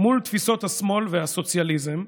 מול תפיסות השמאל והסוציאליזם.